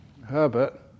Herbert